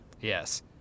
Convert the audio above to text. Yes